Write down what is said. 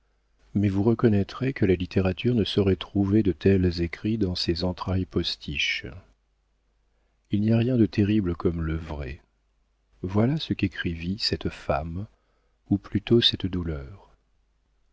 mais vous reconnaîtrez que la littérature ne saurait trouver de tels écrits dans ses entrailles postiches il n'y a rien de terrible comme le vrai voilà ce qu'écrivit cette femme ou plutôt cette douleur